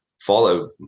follow